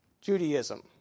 Judaism